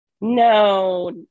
no